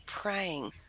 praying